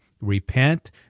repent